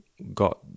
got